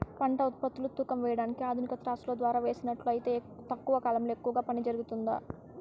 పంట ఉత్పత్తులు తూకం వేయడానికి ఆధునిక త్రాసులో ద్వారా వేసినట్లు అయితే తక్కువ కాలంలో ఎక్కువగా పని జరుగుతుందా?